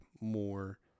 more